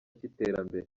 cy’iterambere